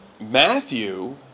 Matthew